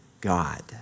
God